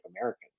Americans